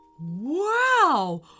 wow